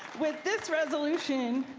with this resolution,